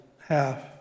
half